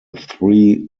three